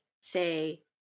say